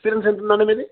స్్రన్ సెంటర్లోన్నమేడి